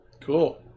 Cool